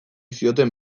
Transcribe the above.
zioten